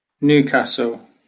Newcastle